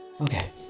Okay